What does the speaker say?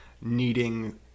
needing